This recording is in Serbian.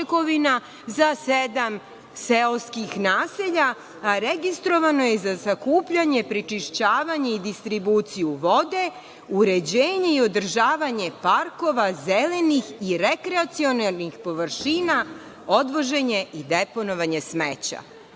za sedam seoskih naselja, a registrovano je za sakupljanje, prečišćavanje i distribuciju vode, uređenje i održavanje parkova zelenih i rekreacionih površina, odvoženje i deponovanje smeća.